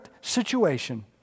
situation